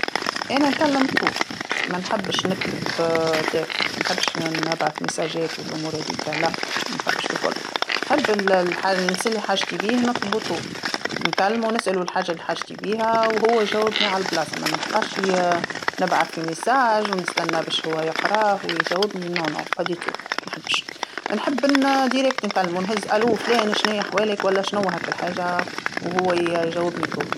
أنا نكلم طول، ما نحبش نكتب نص، ما نحبش نبعث ميساجات والأمور هاذيكا لاء، ما نحبش بالكل، نحب الإنسان اللي حاجتي بيه نطلبو طول، نكلمو نسألو الحاجه اللي حاجتي بيها وهو يجاوبني على البلاصه ما نبقاش نبعث في رسالة ونستنى باش هو يقراه ويجاوبني، لا على الإطلاق، ما نحبش، نحب مباشرة نكملو نهز ألو فلان شناهي احوالك ولا شناوا هاكا الحاجه، وي- يجاوبني طول.